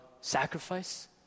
sacrifice